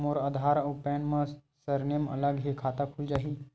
मोर आधार आऊ पैन मा सरनेम अलग हे खाता खुल जहीं?